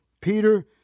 Peter